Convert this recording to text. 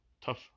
tough